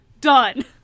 Done